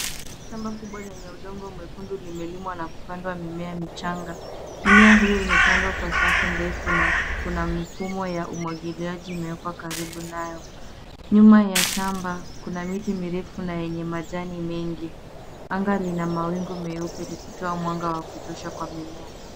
Shamba kubwa lenye udongo mwekundu limelimwa na kupandwa mimea michanga. Mimea hii imepandwa kwa safu ndefu na kuna mifumo ya umwagiliaji imewekwa karibu nayo. Nyuma ya shamba kuna miti mirefu na yenye majani mengi. Anga lina mawingu meupe likutoa mwanga wa kutosha kwa mimea.